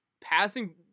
passing